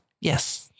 Yes